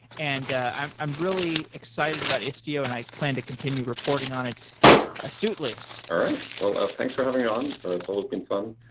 and i'm i'm really excited about istio and i plan to continue reporting on it astutely all right. well, thanks for having me on. but it's all had been fun.